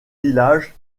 village